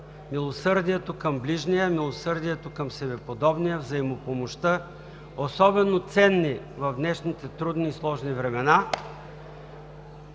милосърдието към ближния, милосърдието към себеподобния, взаимопомощта, особено ценни в днешните трудни и сложни времена.